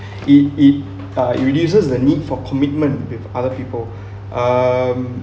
it it uh it reduces the need for commitment with other people um